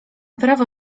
prawo